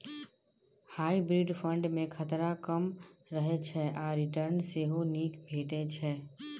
hybrid fund मे खतरा कम रहय छै आ रिटर्न सेहो नीक भेटै छै